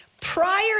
Prior